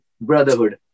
brotherhood